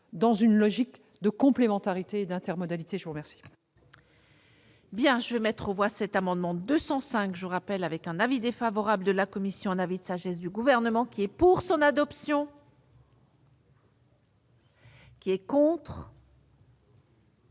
dans une logique de complémentarité et d'intermodalité. Je mets aux voix